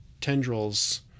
tendrils